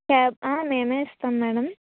cab మేమే ఇస్తాము madam